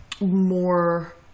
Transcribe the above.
more